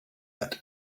that